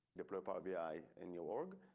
deploy power vi in new org.